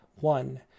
one